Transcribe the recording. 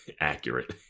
accurate